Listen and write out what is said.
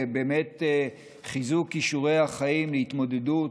ובאמת חיזוק כישורי חיים להתמודדות